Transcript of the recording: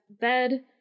bed